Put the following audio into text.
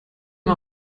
mal